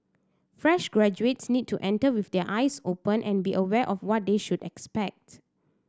fresh graduates need to enter with their eyes open and be aware of what they should expect